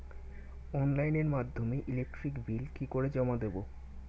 অনলাইনের মাধ্যমে electric bill কি করে জমা দেবো?